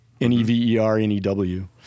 N-E-V-E-R-N-E-W